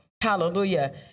Hallelujah